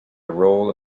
role